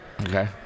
Okay